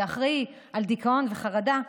שאחראי לדיכאון וחרדה,